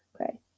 Okay